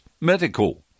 Medical